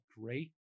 great